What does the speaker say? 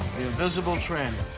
the invisible tranny.